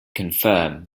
confirm